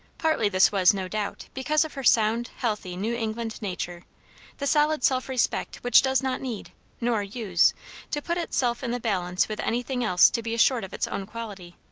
partly this was, no doubt, because of her sound, healthy new england nature the solid self-respect which does not need nor use to put itself in the balance with anything else to be assured of its own quality.